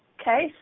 Okay